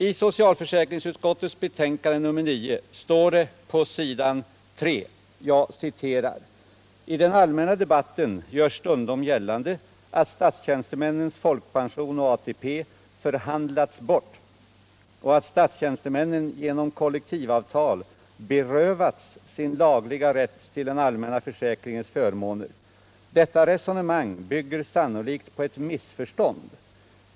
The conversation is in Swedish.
I socialförsäkringsutskottets betänkande nr 9 står det på s. 3 följande: ”I den allmänna debatten görs stundom gällande att statstjänstemännens folkpension och ATP ”förhandlats bort” och att statstjänstemännen genom kollektivavtalen ”berövats” sin lagliga rätt till den allmänna försäkringens förmåner. Detta resonemang bygger sannolikt på ett missförstånd.